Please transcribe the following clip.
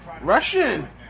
Russian